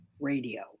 Radio